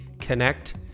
connect